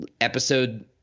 episode